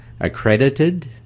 accredited